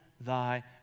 thy